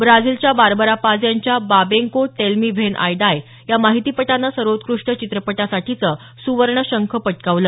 ब्राझीलच्या Barbara Paz यांच्या Babenco tell me when I die या माहितीपटानं सर्वोत्कृष्ट चित्रपटासाठीचं सुवर्ण शंख पटकावलं